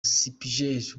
spiegel